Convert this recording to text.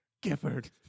Gifford